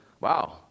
wow